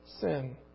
sin